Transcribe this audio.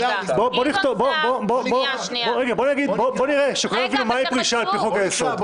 גדעון סער --- בוא נראה שכולם יבינו מהי פרישה על פי חוק-היסוד.